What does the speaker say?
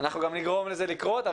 נגרום לזה לקרות.